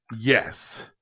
Yes